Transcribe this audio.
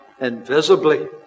invisibly